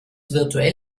virtuell